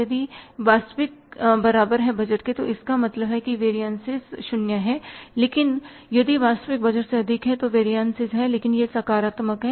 यदि वास्तविक बराबर है बजट के तो इसका मतलब है कि वेरियनसिस0 है लेकिन यदि वास्तविक बजट से अधिक है तो वेरियनसिस है लेकिन यह सकारात्मक है